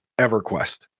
everquest